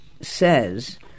says